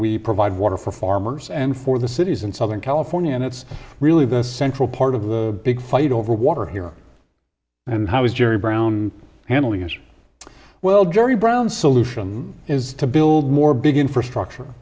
we provide water for farmers and for the cities in southern california and it's really been a central part of the big fight over water here and how is jerry brown family as well jerry brown solution is to build more big infrastructure